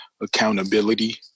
accountability